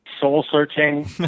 soul-searching